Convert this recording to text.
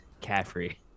caffrey